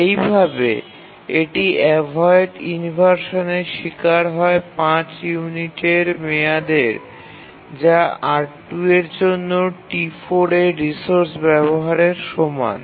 এইভাবে এটি অ্যাভয়েড ইনভারশানের শিকার হয় ৫ ইউনিটের মেয়াদের যা R2 এর জন্য T4 এর রিসোর্স ব্যবহারের সমান